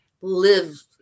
live